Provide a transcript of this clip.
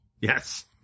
Yes